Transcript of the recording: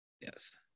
Yes